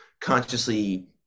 consciously